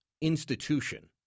institution